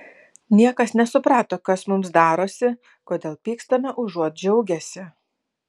niekas nesuprato kas mums darosi kodėl pykstame užuot džiaugęsi